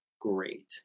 great